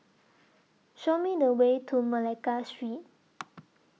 Show Me The Way to Malacca Street